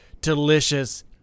delicious